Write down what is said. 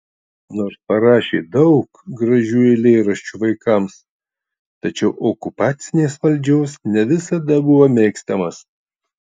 nors parašė daug gražių eilėraščių vaikams tačiau okupacinės valdžios ne visada buvo mėgstamas